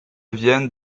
vienne